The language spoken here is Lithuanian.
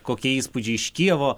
kokie įspūdžiai iš kijevo